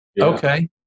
Okay